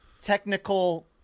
technical